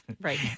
Right